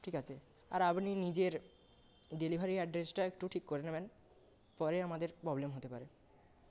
ঠিক আছে আর আপনি নিজের ডেলিভারি আ্যড্রেসটা একটু ঠিক করে নেবেন পরে আমাদের প্রবলেম হতে পারে